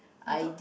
I thought